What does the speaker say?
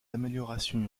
améliorations